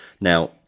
Now